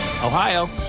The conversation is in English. Ohio